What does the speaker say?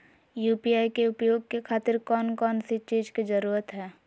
UPI के उपयोग के खातिर कौन कौन चीज के जरूरत है?